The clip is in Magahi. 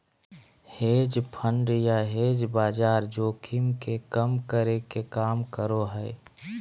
हेज फंड या हेज बाजार जोखिम के कम करे के काम करो हय